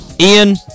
Ian